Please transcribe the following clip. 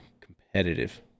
competitive